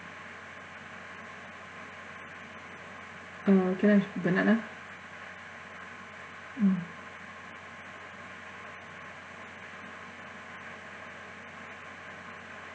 uh can I have banana mm